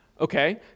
Okay